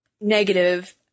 negative